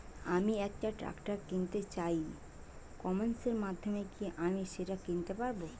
আমি একটা ট্রাক্টর কিনতে চাই ই কমার্সের মাধ্যমে কি আমি সেটা কিনতে পারব?